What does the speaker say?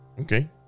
Okay